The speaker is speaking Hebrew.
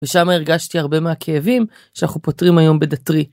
ושמה הרגשתי הרבה מהכאבים שאנחנו פותרים היום בדטרי.